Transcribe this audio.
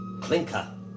clinker